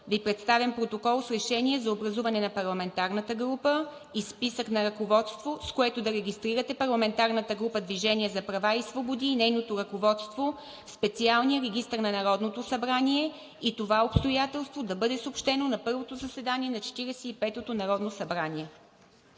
Ви представям Протокол с решение за образуване на парламентарната група и списък на ръководство, с което да регистрирате парламентарната група „Движение за права и свободи“ и нейното ръководство в специалния регистър на Народното събрание и това обстоятелство да бъде съобщено на първото заседание на Четиридесет и петото народно събрание.“